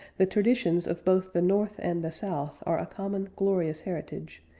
the traditions of both the north and the south are a common, glorious heritage,